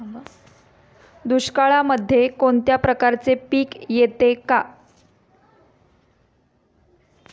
दुष्काळामध्ये कोणत्या प्रकारचे पीक येते का?